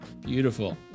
beautiful